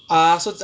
ah so